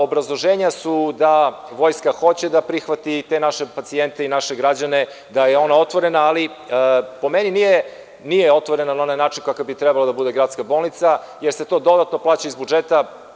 Obrazloženja su da vojska hoće da prihvati te naše pacijente i naše građane, da je ona otvorena, ali, po meni, nije otvorena na onaj način kako bi trebala da bude gradska bolnica, jer se to dodatno plaća iz budžeta.